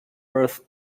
earth